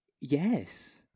yes